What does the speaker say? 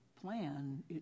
plan